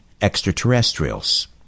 extraterrestrials